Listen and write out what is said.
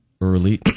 early